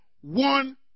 one